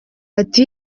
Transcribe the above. ati